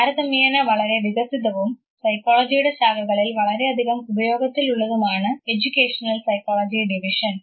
താരതമ്യേനെ വളരെ വികസിതവും സൈക്കോളജിയുടെ ശാഖകളിൽ വളരെയധികം ഉപയോഗത്തിലുള്ളതുമാണ് എഡ്യൂക്കേഷണൽ സൈക്കോളജി ഡിവിഷൻ